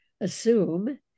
assume